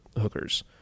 hookers